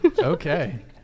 Okay